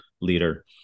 leader